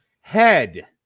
Head